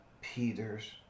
Peter's